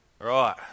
Right